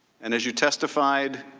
and as you testified,